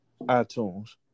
iTunes